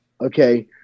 okay